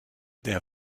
der